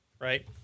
right